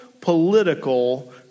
political